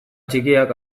txikiak